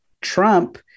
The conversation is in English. Trump